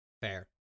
Fair